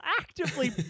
actively